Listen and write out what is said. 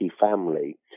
family